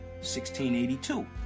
1682